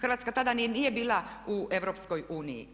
Hrvatska tada nije ni bila u EU.